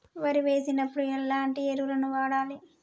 వరి వేసినప్పుడు ఎలాంటి ఎరువులను వాడాలి?